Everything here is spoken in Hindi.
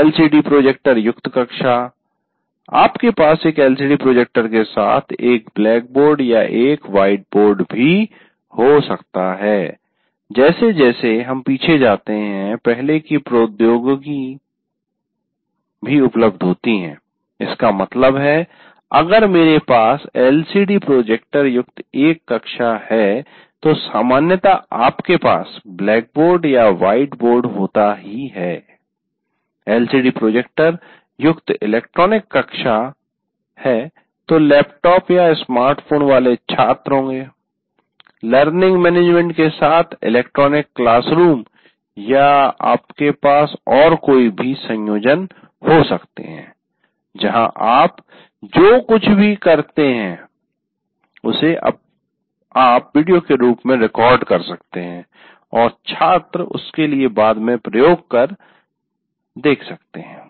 एलसीडी प्रोजेक्टर युक्त कक्षा आपके पास एक एलसीडी प्रोजेक्टर के साथ एक ब्लैकबोर्ड या एक व्हाइट बोर्ड हो सकता है जैसे जैसे हम पीछे जाते हैं पहले की प्रौद्योगिकियां भी उपलब्ध होती हैं इसका मतलब है अगर मेरे पास एलसीडी प्रोजेक्टर युक्त एक कक्षा है तो सामान्यतया आपके पास ब्लैक बोर्ड या व्हाइट बोर्ड होता ही है एलसीडी प्रोजेक्टर युक्त इलेक्ट्रॉनिक कक्षा तो लैपटॉपस्मार्ट फोन वाले छात्र लर्निंग मैनेजमेंट सिस्टम के साथ इलेक्ट्रॉनिक क्लासरूम या आपके पास और भी संयोजन हो सकते हैं जहां आप जो कुछ भी करते हैं उसे आप वीडियो के रूप में रिकॉर्ड कर सकते हैं और छात्र उसके लिए बाद में प्रयोग कर देख सकते हैं